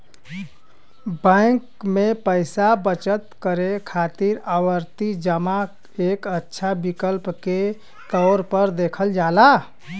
bank में पैसा बचत करे खातिर आवर्ती जमा एक अच्छा विकल्प के तौर पर देखल जाला